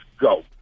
go